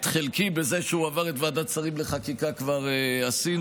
את חלקי בזה שהוא עבר את ועדת השרים לחקיקה כבר עשינו.